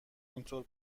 اینطور